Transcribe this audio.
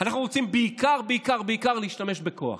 אנחנו רוצים בעיקר בעיקר בעיקר להשתמש בכוח,